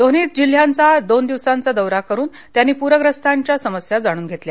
दोन्ही जिल्ह्यांचा दोन दिवसांचा दौरा करून त्यांनी पूरग्रस्तांच्या समस्या जणून घेतल्या